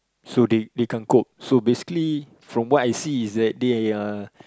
so they they can't cope so basically from what I see is that they are